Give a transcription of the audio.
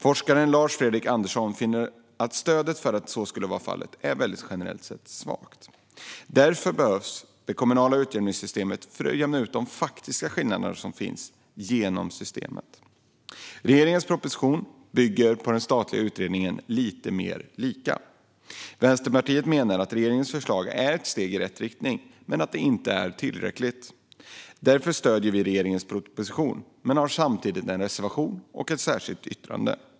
Forskaren Lars-Fredrik Andersson finner att stödet för att så skulle vara fallet generellt sett är svagt. Därför behövs det kommunala utjämningssystemet för att jämna ut de faktiska skillnader som finns. Regeringens proposition bygger på den statliga utredningen Lite mer lika . Vänsterpartiet menar att regeringens förslag är ett steg i rätt riktning men att det inte är tillräckligt. Därför stöder vi regeringens proposition men har samtidigt en reservation och ett särskilt yttrande.